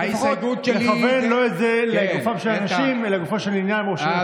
לפחות לכוון לא לגופם של אנשים אלא לגופו של עניין או של דיון,